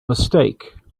mistake